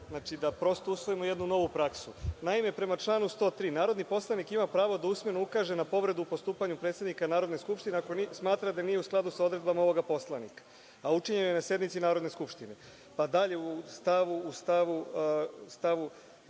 znači da prosto usvojimo jednu novu praksu. Naime, prema članu 103. - narodni poslanik ima pravo da usmeno ukaže na povredu postupanja predsednika Narodne skupštine, ako smatra da nije u skladu sa odredbama ovog Poslovnika, a učinjena je na sednici Narodne skupštine. Dalje, u stavu 4.